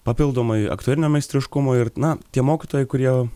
papildomai aktorinio meistriškumo ir na tie mokytojai kurie